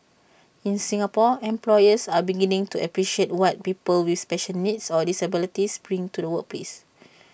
in Singapore employers are beginning to appreciate what people with special needs or disabilities bring to the workplace